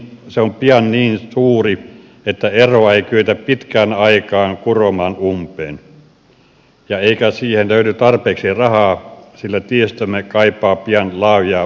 se on pian niin suuri että eroa ei kyetä pitkään aikaan kuromaan umpeen eikä siihen löydy tarpeeksi rahaa sillä tiestömme kaipaa pian laajoja perusparannuksia